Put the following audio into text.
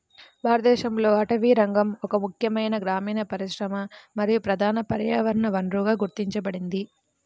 భారతదేశంలో అటవీరంగం ఒక ముఖ్యమైన గ్రామీణ పరిశ్రమ మరియు ప్రధాన పర్యావరణ వనరుగా గుర్తించబడింది